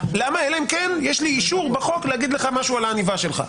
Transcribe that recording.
אלא אם כן יש לי אישור בחוק להגיד לך משהו על העניבה שלך.